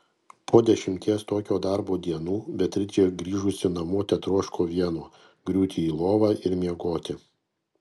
po dešimties tokio darbo dienų beatričė grįžusi namo tetroško vieno griūti į lovą ir miegoti